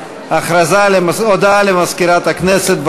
הודעה למזכירת הכנסת.